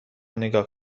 نگاه